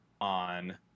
on